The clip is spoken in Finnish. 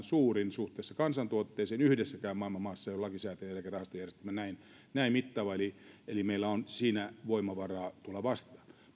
suurin suhteessa kansantuotteeseen yhdessäkään maailman maassa ei ole lakisääteinen eläkerahastojärjestelmä näin näin mittava eli eli meillä on siinä voimavaraa tulla vastaan